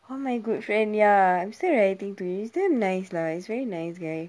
one of my good friend ya I'm still writing to him he's still nice lah he's a very nice guy